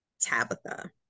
Tabitha